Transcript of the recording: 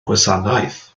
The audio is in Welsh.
gwasanaeth